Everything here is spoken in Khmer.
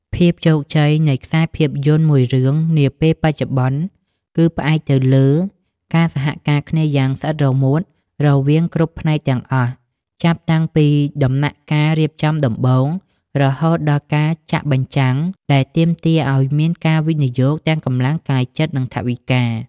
ភាពជោគជ័យនៃខ្សែភាពយន្តមួយរឿងនាពេលបច្ចុប្បន្ន គឺផ្អែកទៅលើការសហការគ្នាយ៉ាងស្អិតរមួតរវាងគ្រប់ផ្នែកទាំងអស់ ចាប់តាំងពីដំណាក់កាលរៀបចំដំបូង រហូតដល់ការចាក់បញ្ចាំង ដែលទាមទារឱ្យមានការវិនិយោគទាំងកម្លាំងកាយ ចិត្ត និងថវិកា។